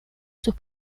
sus